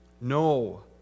No